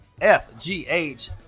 FGH